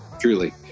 Truly